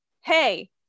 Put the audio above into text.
Hey